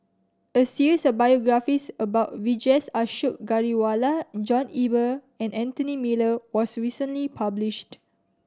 a series of biographies about Vijesh Ashok Ghariwala John Eber and Anthony Miller was recently published